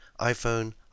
iPhone